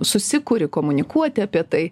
susikuri komunikuoti apie tai